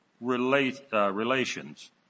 relations